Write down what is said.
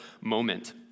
moment